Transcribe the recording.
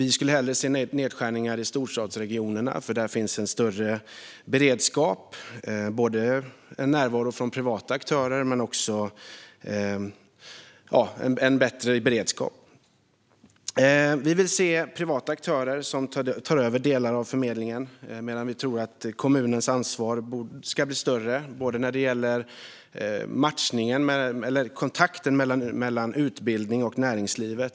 Vi skulle hellre se nedskärningar i storstadsregionerna, för där finns både närvaro av privata aktörer och bättre beredskap. Vi vill se privata aktörer ta över delar av förmedlingen. Vi vill även att kommunernas ansvar ska bli större vad gäller kontakten mellan utbildning och näringsliv.